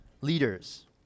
leaders